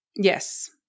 Yes